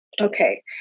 Okay